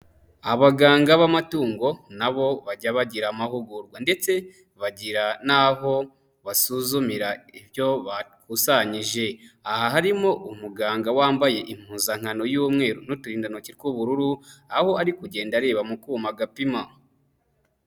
Abaganga b'amatungo na bo bajya bagira amahugurwa ndetse bagira n'aho basuzumira ibyo bakusanyije. Aha harimo umuganga wambaye impuzankano y'umweru, n'uturindantoki tw'ubururu, aho ari kugenda areba mu kuma gapima.